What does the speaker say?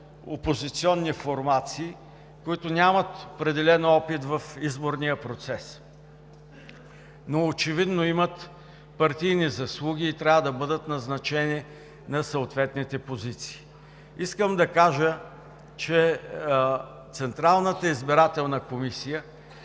опозиционни формации, които нямат определен опит в изборния процес, но очевидно имат партийни заслуги и трябва да бъдат назначени на съответните позиции. Искам да кажа, че Централната избирателна комисия,